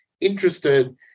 interested